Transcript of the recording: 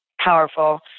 powerful